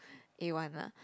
a-one ah